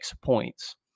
points